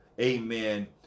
amen